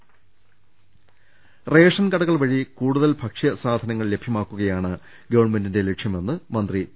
Thilothaman ration കടകൾ വഴി കൂടുതൽ ഭക്ഷ്യവസ്തുക്കൾ ലഭ്യമാക്കുകയാണ് ഗവൺമെന്റിന്റെ ലക്ഷ്യമെന്ന് മന്ത്രി പി